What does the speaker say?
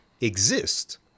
exist